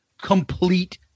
complete